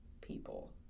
people